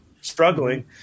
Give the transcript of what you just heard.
struggling